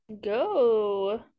Go